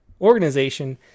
organization